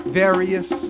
various